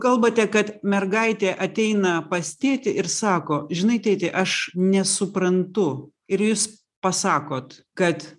kalbate kad mergaitė ateina pas tėtį ir sako žinai tėti aš nesuprantu ir jūs pasakot kad